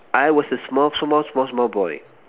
I was a small small small small boy